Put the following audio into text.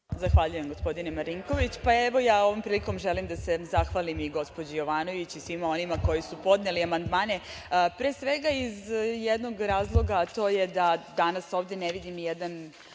Zahvaljujem, gospodine Marinković. Ovom prilikom želim da se zahvalim i gospođi Jovanović i svima onima koji su podneli amandmane. Pre svega iz jednog razloga, a to je da danas ovde ne vidim ni jedan